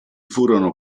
furono